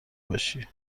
باشی